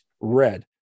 red